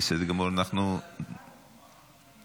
הוספת יום חופשה ביום אזכרת בן משפחה שנפטר),